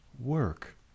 Work